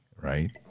Right